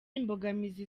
imbogamizi